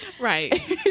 Right